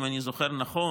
אם אני זוכר נכון,